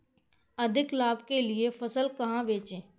अधिक लाभ के लिए फसल कहाँ बेचें?